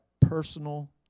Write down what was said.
personal